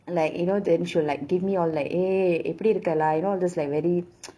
like you know then she will like give me all like eh எப்பிடி இருக்க:eppidi iruka lah you know those like very